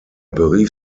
berief